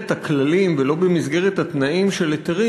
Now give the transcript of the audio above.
הכללים ולא במסגרת התנאים של היתרים.